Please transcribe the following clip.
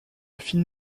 film